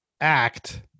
act